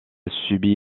subi